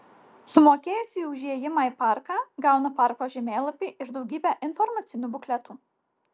sumokėjusi už įėjimą į parką gaunu parko žemėlapį ir daugybę informacinių bukletų